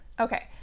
okay